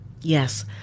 Yes